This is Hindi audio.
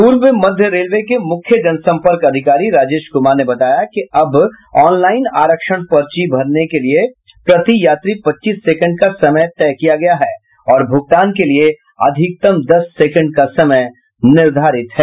पूर्व मध्य रेलवे के मुख्य जनसंपर्क अधिकारी राजेश कुमार ने बताया कि अब ऑनलाईन आरक्षण पर्ची भरने के लिये प्रति यात्री पच्चीस सेकेंड का समय तय किया गया है और भुगतान के लिये अधिकतम दस सेकेंड का समय निर्धारित है